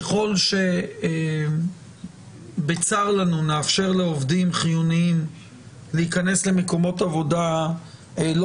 ככל שבצר לנו נאפשר לעובדים חיוניים להיכנס למקומות עבודה לא